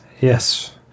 Yes